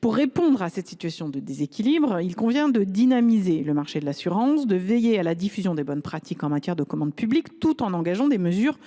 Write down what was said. Pour répondre à cette situation de déséquilibre, il convient de dynamiser le marché assurantiel, de veiller à la diffusion des bonnes pratiques en matière de commande publique, tout en engageant des mesures